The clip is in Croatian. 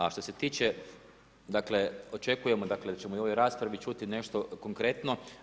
A što se tiče, dakle očekujemo dakle da ćemo i u ovoj raspravi čuti nešto konkretno.